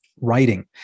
writing